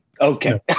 Okay